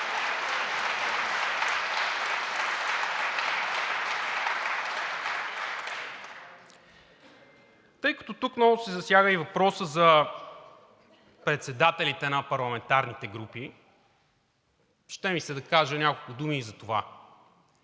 Тъй като тук много се засяга и въпросът за председателите на парламентарните групи, ще ми се да кажа няколко думи и за това.